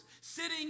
Sitting